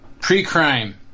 Pre-crime